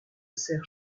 serre